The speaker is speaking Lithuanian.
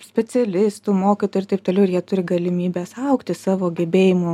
specialistų mokytojų ir taip toliau ir jie turi galimybes augti savo gebėjimų